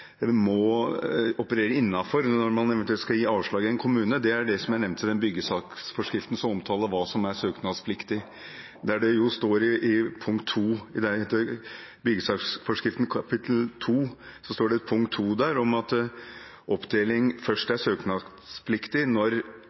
eventuelt skal gi avslag i en kommune, er det som jeg nevnte i den byggesaksforskriften som omtaler hva som er søknadspliktig, der det står i byggesaksforskriftens kapittel 2 § 2-2 at oppdeling først er søknadspliktig når enhetene er «fysisk atskilt», altså at det ikke er